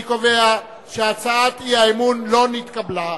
אני קובע שהצעת האי-אמון לא נתקבלה.